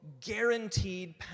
guaranteed